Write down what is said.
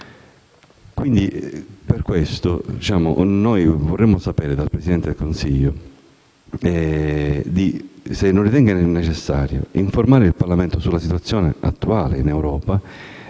Per questo vorremmo sapere dal Presidente del Consiglio dei ministri se non ritenga necessario informare il Parlamento sulla situazione attuale in Europa